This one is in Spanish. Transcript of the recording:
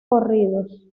corridos